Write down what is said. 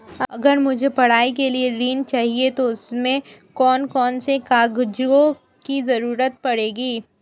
अगर मुझे पढ़ाई के लिए ऋण चाहिए तो उसमें कौन कौन से कागजों की जरूरत पड़ेगी?